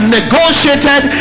negotiated